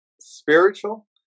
spiritual